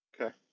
Okay